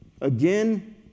Again